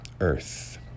earth